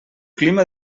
clima